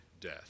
death